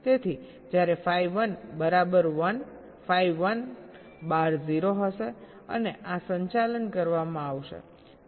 તેથી જ્યારે phi 1 બરાબર 1 phi 1 બાર 0 હશે અને આ સંચાલન કરવામાં આવશે